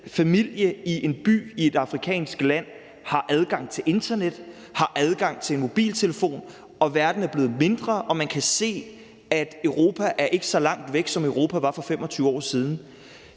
familie i en by i et afrikansk land har adgang til internettet og har adgang til en mobiltelefon, og verden er blevet mindre, og man kan se, at Europa ikke er så langt væk, som Europa var for 25 år siden.